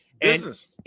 Business